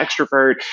extrovert